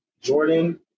Jordan